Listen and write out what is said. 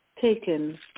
taken